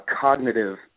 cognitive